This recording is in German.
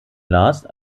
last